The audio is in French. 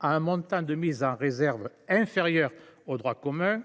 à un montant de mise en réserve inférieur au droit commun,